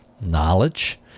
knowledge